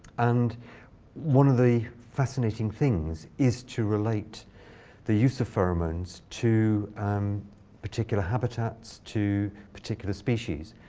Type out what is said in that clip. and one of the fascinating things is to relate the use of pheromones to um particular habitats, to particular species.